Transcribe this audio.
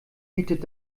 bietet